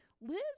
Liz